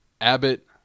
Abbott